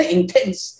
Intense